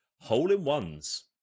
Hole-in-ones